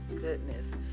goodness